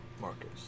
marcus